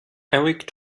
eric